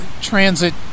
transit